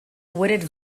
wooded